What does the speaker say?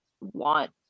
want